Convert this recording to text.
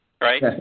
right